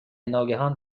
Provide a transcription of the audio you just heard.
ناگهان